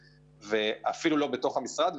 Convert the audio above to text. אפילו לא בתוך המשרד,